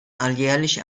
alljährlich